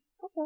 Okay